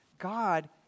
God